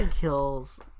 kills